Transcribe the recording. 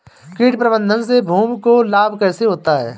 कीट प्रबंधन से भूमि को लाभ कैसे होता है?